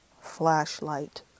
flashlight